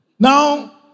Now